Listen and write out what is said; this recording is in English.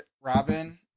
Robin